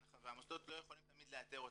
והמוסדות לא יכולים תמיד לאתר אותם.